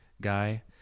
guy